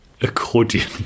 Accordion